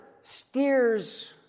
steers